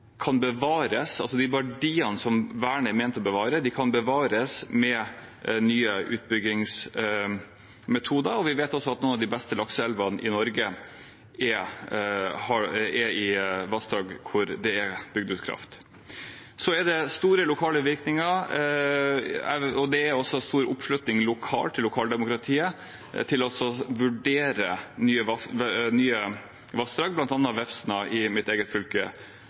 De verdiene som vernet er ment å bevare, kan bevares med nye utbyggingsmetoder. Vi vet også at noen av de beste lakseelvene i Norge er i vassdrag hvor det er bygd ut kraft. Det er store lokale virkninger. Det er også stor oppslutning lokalt i lokaldemokratiet om å vurdere nye vassdrag, bl.a. Vefsna i mitt eget fylke,